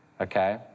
okay